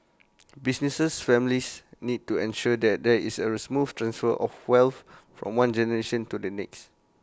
business families need to ensure that there is A smooth transfer of wealth from one generation to the next